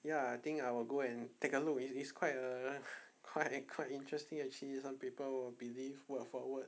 ya I think I will go and take a look it's it's quite err quite err quite interesting actually some people will believe word for word